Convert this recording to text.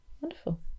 Wonderful